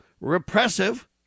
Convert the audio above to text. repressive